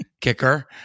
Kicker